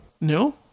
No